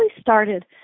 started